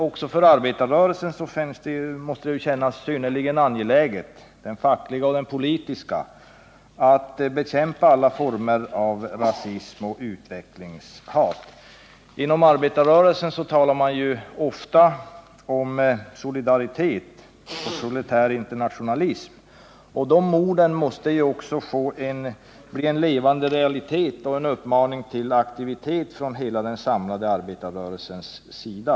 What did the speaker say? Även för arbetarrörelsen — den fackliga och den politiska — måste det kännas synnerligen angeläget att bekämpa olika former av rasism och utlänningshat. Inom arbetarrörelsen talar man ofta om solidaritet och proletär internationalism. De orden måste också bli en levande realitet och en uppmaning till aktivitet från hela den samlade arbetarrörelsens sida.